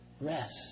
rest